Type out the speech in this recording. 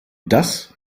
das